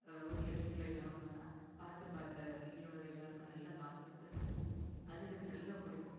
ஒரு எரிச்சல் இல்லாமல் பார்த்து பார்த்து வீட்டில உள்ள எல்லாருக்கும் நல்லா பார்த்து பார்த்து சமைப்போம் அது எனக்கு நல்லா பிடிக்கும்